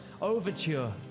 overture